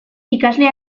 ikasle